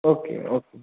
okay okay